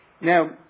Now